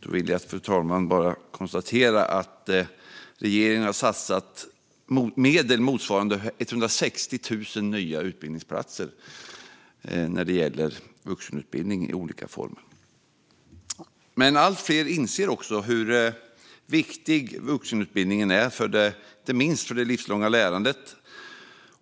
Då vill jag bara säga att regeringen har satsat medel motsvarande 160 000 nya utbildningsplatser på vuxenutbildning i olika former. Allt fler inser hur viktig vuxenutbildningen är för det livslånga lärandet